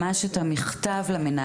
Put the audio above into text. לא את המצגת, ממש את המכתב למנהלים.